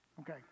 okay